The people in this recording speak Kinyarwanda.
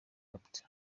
capt